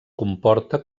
comporta